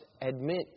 admit